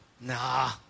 Nah